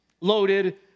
loaded